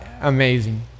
amazing